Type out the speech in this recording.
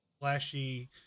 flashy